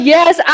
Yes